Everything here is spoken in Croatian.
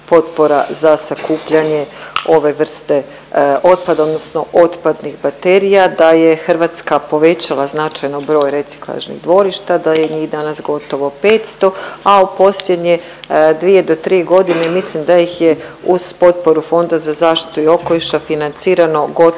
potpora za sakupljanje ove vrste otpada, odnosno otpadnih baterija, da je Hrvatska povećala značajno broj reciklažnih dvorišta, da je njih danas gotovo 500, a u posljednje dvije do tri godine mislim da ih je uz potporu Fonda za zaštitu i okoliša financirano gotovo